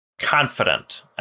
confident